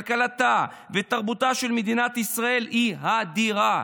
לכלכלתה ולתרבותה של מדינת ישראל היא אדירה.